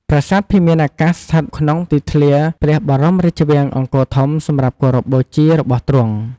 ប្រាសាទភិមានអាកាសស្ថិតក្នុងទីធ្លារព្រះបរមរាជវាំងអង្គរធំសំរាប់គោរពបូជារបស់ទ្រង់ ។